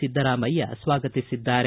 ಸಿದ್ಧರಾಮಯ್ಯ ಸ್ವಾಗತಿಸಿದ್ದಾರೆ